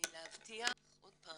להבטיח ושוב,